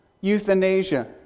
euthanasia